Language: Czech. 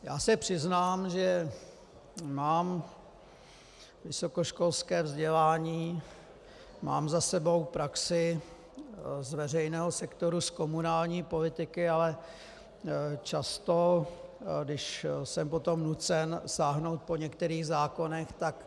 Já se přiznám, že mám vysokoškolské vzdělání, mám za sebou praxi z veřejného sektoru, z komunální politiky, ale často když jsem potom nucen sáhnout po některých zákonech, tak...